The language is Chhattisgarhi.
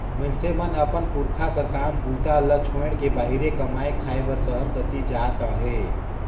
मइनसे मन अपन पुरखा कर काम बूता ल छोएड़ के बाहिरे कमाए खाए बर सहर कती जात अहे